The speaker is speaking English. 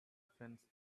fence